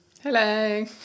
Hello